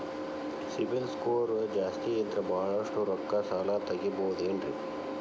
CIBIL score ಜಾಸ್ತಿ ಇದ್ರ ಬಹಳಷ್ಟು ರೊಕ್ಕ ಸಾಲ ತಗೋಬಹುದು ಏನ್ರಿ?